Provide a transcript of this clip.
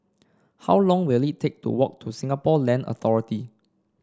how long will it take to walk to Singapore Land Authority